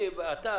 אני אומר את זה.